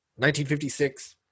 1956